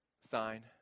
sign